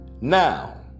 Now